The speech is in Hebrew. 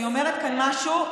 אני אומרת כאן משהו,